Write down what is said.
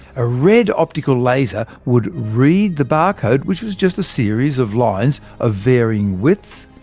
a red optical laser would read the bar code, which was just a series of lines of varying widths,